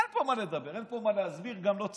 אין פה מה לדבר, אין פה מה להסביר, גם לא צריך.